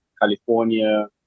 California